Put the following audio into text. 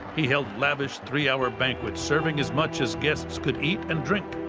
he held lavish three-hour banquets serving as much as guests could eat and drink,